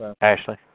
Ashley